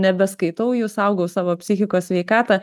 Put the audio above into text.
nebeskaitau jų saugau savo psichikos sveikatą